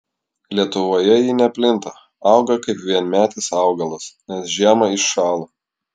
lietuvoje ji neplinta auga kaip vienmetis augalas nes žiemą iššąla